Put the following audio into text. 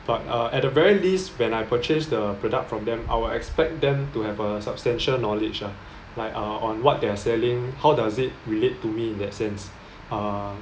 but uh at the very least when I purchase the product from them I will expect them to have a substantial knowledge lah like uh on what they're selling how does it relate to me in that sense ah